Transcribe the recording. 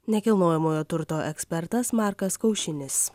nekilnojamojo turto ekspertas markas kaušinis